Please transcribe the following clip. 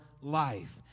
life